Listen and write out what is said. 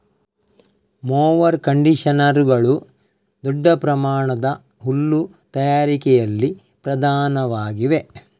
mower ಕಂಡಿಷನರುಗಳು ದೊಡ್ಡ ಪ್ರಮಾಣದ ಹುಲ್ಲು ತಯಾರಿಕೆಯಲ್ಲಿ ಪ್ರಧಾನವಾಗಿವೆ